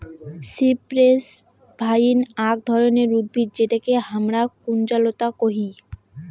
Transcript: cypress vine আক ধরণের উদ্ভিদ যেটোকে হামরা কুঞ্জলতা কোহি